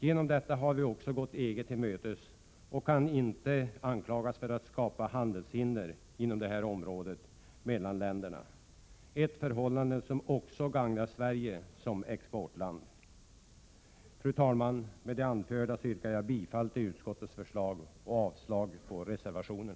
Genom detta har vi också gått EG till mötes och kan inte anklagas för att skapa handelshinder på detta område mellan länderna — ett förhållande som också gagnar Sverige som exportland. Fru talman! Med det anförda yrkar jag bifall till utskottets förslag och avslag på reservationen.